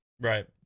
right